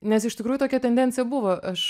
nes iš tikrųjų tokia tendencija buvo aš